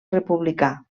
republicà